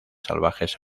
salvajes